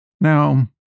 Now